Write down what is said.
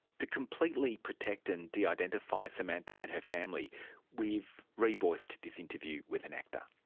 to completely protect and de-identify samantha and her family we've revoiced this interview with an actor.